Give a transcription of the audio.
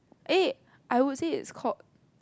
eh I would say it's called